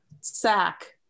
sack